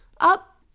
up